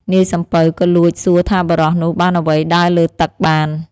នាយសំពៅក៏លួចសួរថាបុរសនោះបានអ្វីដើរលើទឹកបាន។